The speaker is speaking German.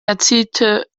erzielte